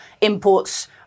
imports